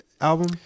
album